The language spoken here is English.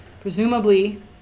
Presumably